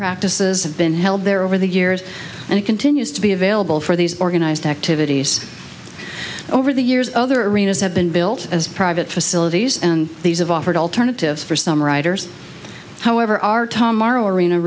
practices have been held there over the years and it continues to be available for these organized activities over the years other arenas have been built as private facilities and these have offered alternatives for some riders however our tom morrow arena